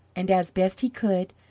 and, as best he could,